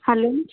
hello